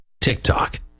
TikTok